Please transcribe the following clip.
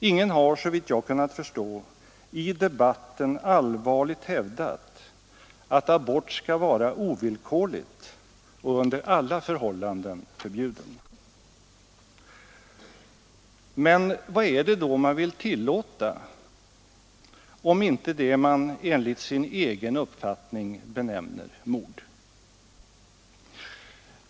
Ingen har, såvitt jag kunnat finna, i debatten allvarligt hävdat att abort skall vara ovillkorligt och under alla förhållanden förbjuden. Men vad är det då man vill tillåta om inte det man enligt sin egen uppfattning benämner mord?